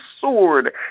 sword